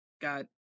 Got